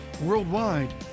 worldwide